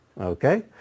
Okay